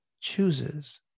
chooses